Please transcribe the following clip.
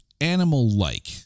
animal-like